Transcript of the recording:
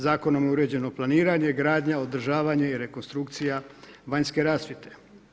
Zakonom o uređeno planiranje, gradnja, održavanje i rekonstrukcija vanjske rasvjete.